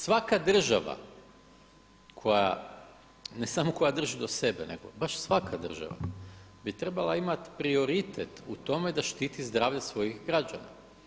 Svaka država koja ne samo koja drži do sebe, nego baš svaka država bi trebala imati prioritet u tome da štiti svojih građana.